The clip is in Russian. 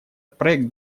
проект